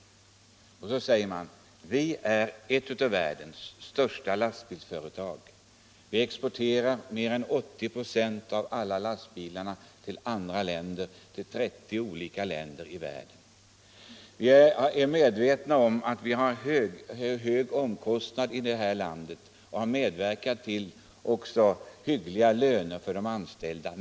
Företaget säger: Vi är ett av världens största lastbilsföretag. Vi exporterar mer än 80 6 av alla lastbilar till andra länder, till många olika länder i världen. Vi är medvetna om att vi har höga omkostnader i det här landet, och vi har också medverkat till hyggliga löner åt de anställda.